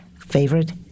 Favorite